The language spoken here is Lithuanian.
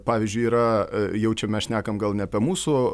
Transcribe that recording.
pavyzdžiui yra jau čia mes šnekam gal ne apie mūsų